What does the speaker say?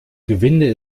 gewinde